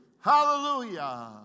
hallelujah